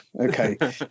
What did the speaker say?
okay